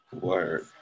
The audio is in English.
Word